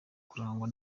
kurangwa